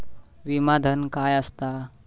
विमा धन काय असता?